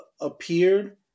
appeared